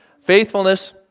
faithfulness